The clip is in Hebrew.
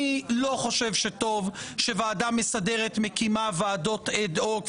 אני לא חושב שטוב שוועדה מסדרת מקימה ועדות אד-הוק,